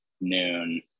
noon